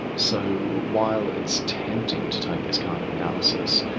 so while it's tempting to take this kind of analysis,